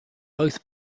both